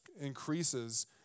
increases